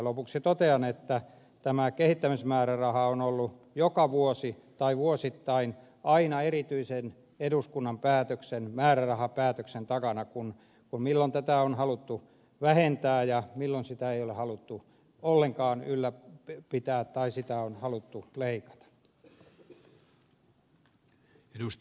lopuksi totean että tämä kehittämismääräraha on ollut vuosittain aina erityisen eduskunnan päätöksen määrärahapäätöksen takana milloin tätä on haluttu vähentää ja milloin sitä ei ole haluttu ollenkaan ylläpitää tai sitä on haluttu lei kata